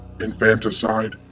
infanticide